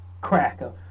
cracker